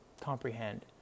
comprehend